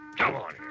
come on.